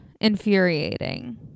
infuriating